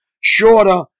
shorter